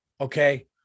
okay